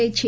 କରାଯାଇଛି